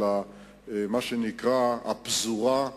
מה שנקרא הפזורה,